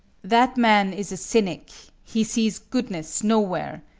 that man is a cynic. he sees goodness nowhere.